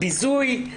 ביזוי,